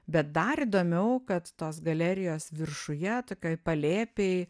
bet dar įdomiau kad tos galerijos viršuje tokioj palėpėj